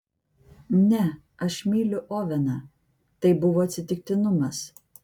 ne aš myliu oveną tai buvo atsitiktinumas